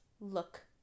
Look